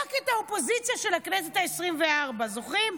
בדק את האופוזיציה של הכנסת העשרים-וארבע, זוכרים?